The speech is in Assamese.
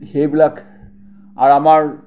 সেইবিলাক আৰু আমাৰ